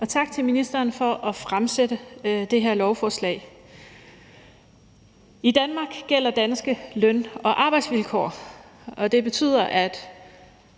og tak til ministeren for at fremsætte det her lovforslag. I Danmark gælder danske løn- og arbejdsvilkår, og det betyder, at